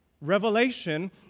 Revelation